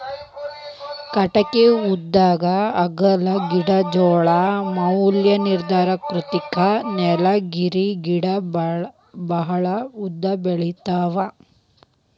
ಕಟಗಿ ಉದ್ದಾ ಅಗಲಾ ಗಿಡಗೋಳ ಮ್ಯಾಲ ನಿರ್ಧಾರಕ್ಕತಿ ನೇಲಗಿರಿ ಗಿಡಾ ಬಾಳ ಉದ್ದ ಬೆಳಿತಾವ